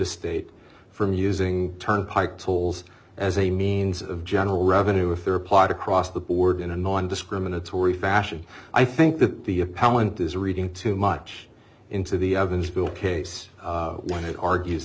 a state from using turnpike tolls as a means of general revenue if they're applied across the board in a non discriminatory fashion i think that the appellant there's a reading too much into the evansville case when it argues